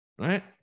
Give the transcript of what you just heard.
right